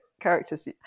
characters